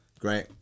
Great